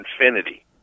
infinity